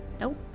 nope